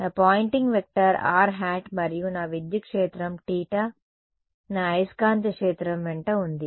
నా Poynting vector rˆ మరియు నా విద్యుత్ క్షేత్రం θ నా అయస్కాంత క్షేత్రం వెంట ఉంది